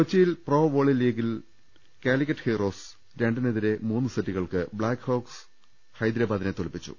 കൊച്ചിയിൽ പ്രോവോളി ലീഗിൽ Calicut heroes രണ്ടിനെ തിരെ മൂന്ന് സെറ്റുകൾക്ക് ബ്ലാക് ഹോക്സ് ഹൈദരാബാദിനെ തോൽപി ച്ചു